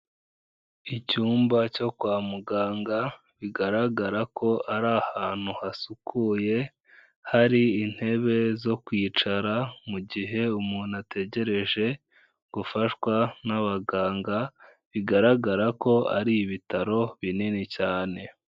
Icyumba cyo kwa muganga Kigaragara ko ari ahantu hasukuye, hari intebe zo kwicara mu gihe umuntu ategereje gufashwa n'abaganga, bigaragara ko ari ibitaro binini cyane.